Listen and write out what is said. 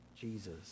Jesus